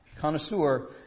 connoisseur